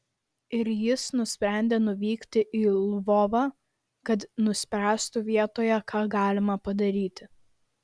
ir jis nusprendė nuvykti į lvovą kad nuspręstų vietoje ką galima padaryti